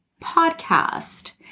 podcast